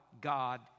God